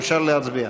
אפשר להצביע.